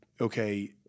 okay